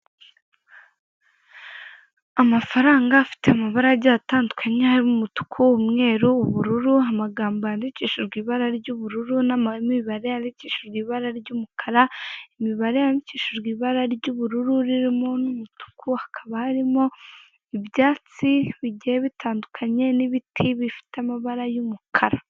Amafaranga afite amabara agiye atangukanye harimo umutuku, umweru, ubururu amagambo yandikishijwe ibara ry'ubururu n'imibare yandikishijwe ibara ry'umukara imibare yandikishijwe ibara ry'ubururu ririmo n'umutuku hakaba harimo ibyatsi bigiye bitandukanye n'ibiti bifite amabara y'umukara.